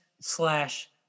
slash